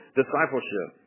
discipleship